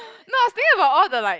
no I was staying about all the like